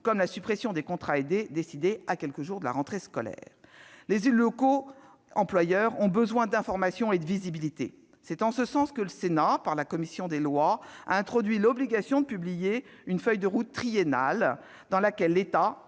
comme la suppression des contrats aidés décidée à quelques jours de la rentrée scolaire de 2017. Les élus locaux employeurs ont besoin d'information et de visibilité : c'est en ce sens que le Sénat, par l'intermédiaire de la commission des lois, a introduit l'obligation de publier une feuille de route triennale dans laquelle l'État